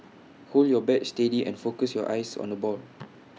hold your bat steady and focus your eyes on the ball